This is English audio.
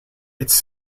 its